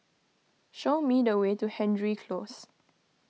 show me the way to Hendry Close